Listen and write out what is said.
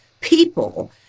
people